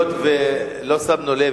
היות שלא שמנו לב,